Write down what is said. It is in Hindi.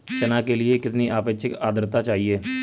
चना के लिए कितनी आपेक्षिक आद्रता चाहिए?